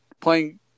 playing